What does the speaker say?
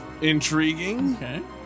Intriguing